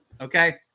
Okay